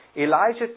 Elijah